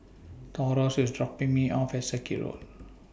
Taurus IS dropping Me off At Circuit Road